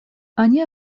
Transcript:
они